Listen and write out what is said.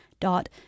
dot